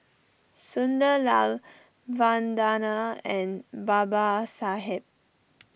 Sunderlal Vandana and Babasaheb